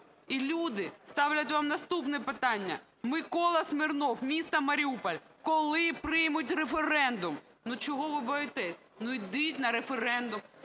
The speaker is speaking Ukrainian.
І люди ставлять вам наступне питання. Микола Смірнов, місто Маріуполь: "Коли приймуть референдум?" Ну чого ви боїтесь? Ідіть на референдум,